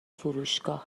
فروشگاه